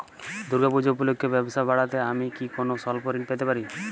দূর্গা পূজা উপলক্ষে ব্যবসা বাড়াতে আমি কি কোনো স্বল্প ঋণ পেতে পারি?